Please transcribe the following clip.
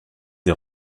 des